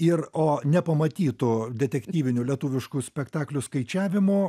ir o nepamatytų detektyvinių lietuviškų spektaklių skaičiavimo